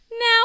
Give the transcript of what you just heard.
Now